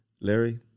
Larry